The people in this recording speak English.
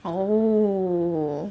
oh